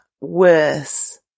worse